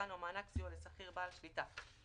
המענק או התוספת בהתאם להוראות פרק זה.